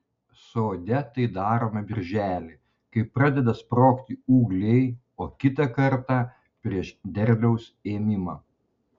sode tai daroma birželį kai pradeda sprogti ūgliai o kitą kartą prieš derliaus ėmimą